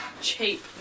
cheap